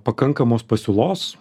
pakankamos pasiūlos